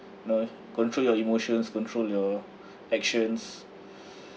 you know control your emotions control your actions